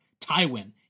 Tywin